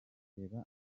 reba